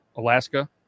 Alaska